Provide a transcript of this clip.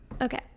Okay